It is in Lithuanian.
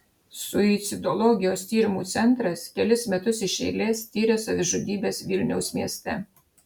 suicidologijos tyrimų centras kelis metus iš eilės tiria savižudybes vilniaus mieste